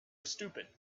stupid